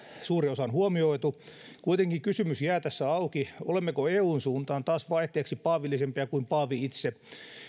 suuri osa on huomioitu kuitenkin se kysymys jää tässä auki olemmeko eun suuntaan taas vaihteeksi paavillisempia kuin paavi itse